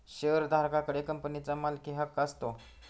शेअरधारका कडे कंपनीचा मालकीहक्क असतो